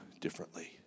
Differently